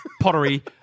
pottery